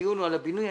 הדיון הוא על הבינוי.